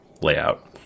layout